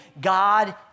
God